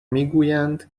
میگویند